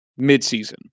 midseason